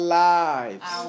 lives